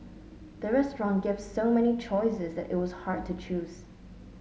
the restaurant gave so many choices that it was hard to choose